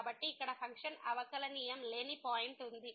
కాబట్టి ఇక్కడ ఫంక్షన్ అవకలనియమం లేని పాయింట్ ఉంది